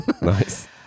Nice